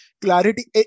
clarity